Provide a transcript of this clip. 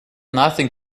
nothing